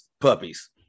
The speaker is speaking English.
puppies